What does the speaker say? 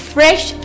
fresh